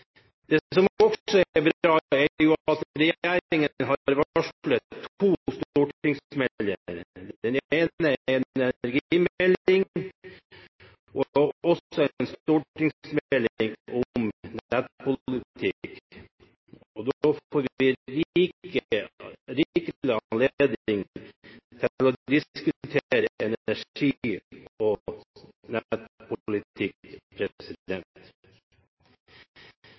Det som også er bra, er at regjeringen har varslet to stortingsmeldinger – den ene en energimelding, den andre om nettpolitikk. Da får vi rikelig anledning til å diskutere energi og